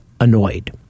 annoyed